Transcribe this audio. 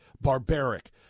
barbaric